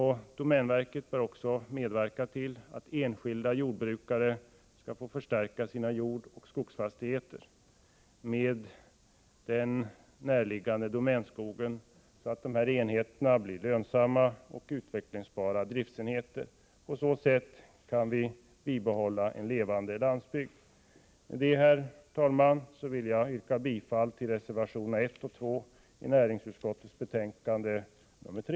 Domänverket bör också medverka till att enskilda jordbrukare skall få förstärka sina jordoch skogsfastigheter med den närliggande domänskogen, så att dessa enheter blir lönsamma och utvecklingsbara driftsenheter. På så sätt kan vi bibehålla en levande landsbygd. Med detta, herr talman, vill jag yrka bifall till reservationerna I och 2 i näringsutskottets betänkande nr 3.